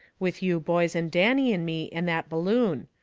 with you boys and danny and me and that balloon.